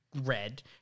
red